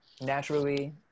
Naturally